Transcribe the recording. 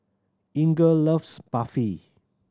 Inger loves Barfi